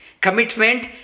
commitment